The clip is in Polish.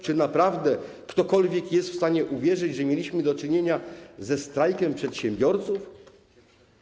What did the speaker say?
Czy naprawdę ktokolwiek jest w stanie uwierzyć, że mieliśmy do czynienia ze strajkiem przedsiębiorców?